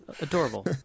adorable